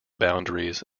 boundaries